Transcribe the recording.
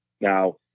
Now